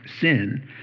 sin